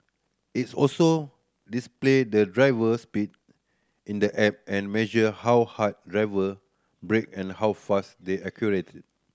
it's also display the driver's speed in the app and measure how hard driver brake and how fast they accelerate